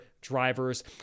drivers